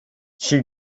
she